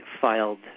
filed